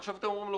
ואתם אומרים לו,